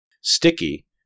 sticky